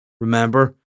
remember